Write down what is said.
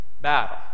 battle